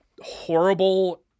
horrible